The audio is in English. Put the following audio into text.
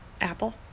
Apple